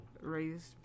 Raised